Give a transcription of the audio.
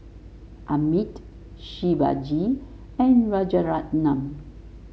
Amit Shivaji and Rajaratnam